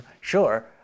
sure